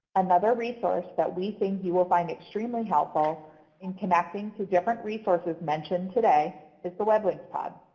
another resource that we think you will find extremely helpful in connecting to different resources mentioned today is the web links pod.